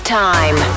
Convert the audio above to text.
time